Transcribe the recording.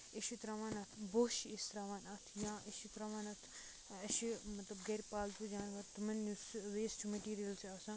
أسۍ چھِ ترٛاوان اَتھ بوس چھِ أسۍ ترٛاوان اَتھ یا أسۍ چھِ ترٛاوان اَتھ اَسہِ چھُ مطلب گرِ پالتوٗ جاناوار تِمن یُس ویسٹ میٹیٖریل چھُ آسان